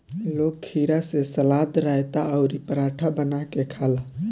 लोग खीरा से सलाद, रायता अउरी पराठा बना के खाला